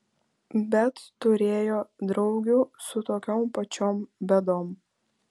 bet turėjo draugių su tokiom pačiom bėdom